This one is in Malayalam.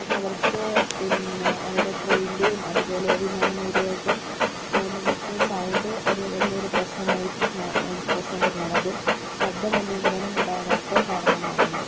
പക്ഷേ അവർക്ക് പിന്നെ അവിടെ ട്രെയിന്റേയും അതുപോലെ വിമാനങ്ങളുടെയും ഒക്കെ പോവുന്നതൊക്കെ സൗണ്ട് ഒരു വലിയ ഒരു പ്രശ്നമായിട്ട് മാ പ്രശ്നം തന്നെയാണ് അത് ശബ്ദ മലിനീകരണം ഉണ്ടാക്കാനൊക്കെ കാരണമാകുന്നുണ്ട്